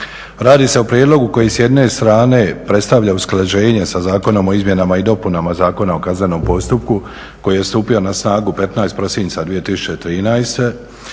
Radi se o prijedlogu koji s jedne strane predstavlja usklađenje sa Zakonom o izmjenama i dopunama Zakona o kaznenom postupku koji je stupio na snagu 15. prosinca 2013.,